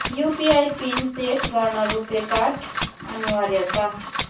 UPI pin set गर्न RuPay card अनिवार्य छ